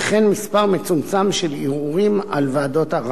וכן מספר מצומצם של ערעורים על ועדות ערר.